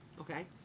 okay